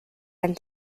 and